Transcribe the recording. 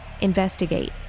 investigate